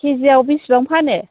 केजियाव बेसेबां फानो